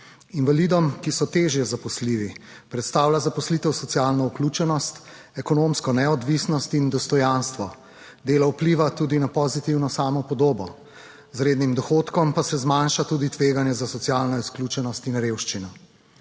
Invalidom, ki so težje zaposljivi, predstavlja zaposlitev socialno vključenost, ekonomsko neodvisnost in dostojanstvo. Delo vpliva tudi na pozitivno samopodobo, z rednim dohodkom pa se zmanjša tudi tveganje za socialno izključenost in revščino.